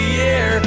year